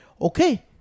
Okay